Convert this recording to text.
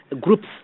groups